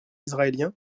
israélien